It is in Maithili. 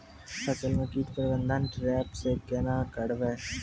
फसल म कीट प्रबंधन ट्रेप से केना करबै?